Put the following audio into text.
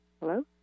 hello